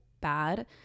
bad